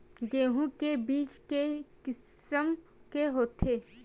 गेहूं के बीज के किसम के होथे?